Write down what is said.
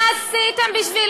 מה עשיתם בשביל